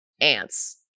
ants